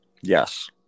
yes